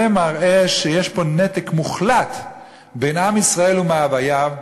זה מראה שיש פה נתק מוחלט בין עם ישראל ומאווייו,